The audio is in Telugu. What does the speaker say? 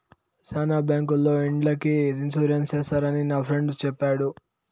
శ్యానా బ్యాంకుల్లో ఇండ్లకి ఇన్సూరెన్స్ చేస్తారని నా ఫ్రెండు చెప్పాడు